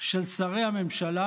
של שרי הממשלה,